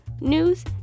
news